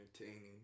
entertaining